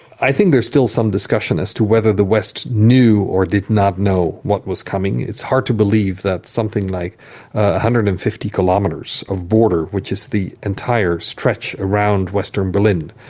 i think there's still some discussion as to whether the west knew or did not know what was coming. it's hard to believe that something like one ah hundred and fifty kilometres of border, which is the entire stretch around western berlin,